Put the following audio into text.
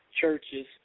churches